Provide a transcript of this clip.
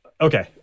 Okay